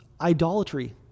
idolatry